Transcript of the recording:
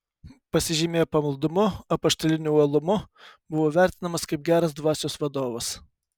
pasižymėjo pamaldumu apaštaliniu uolumu buvo vertinamas kaip geras dvasios vadovas